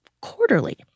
quarterly